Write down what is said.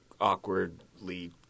awkwardly